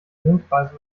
mondpreise